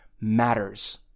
matters